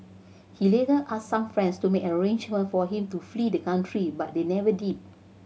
he later asked some friends to make arrangements for him to flee the country but they never did